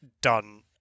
done